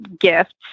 gifts